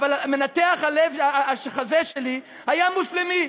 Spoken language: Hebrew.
אבל מנתח הלב-חזה שלי היה מוסלמי.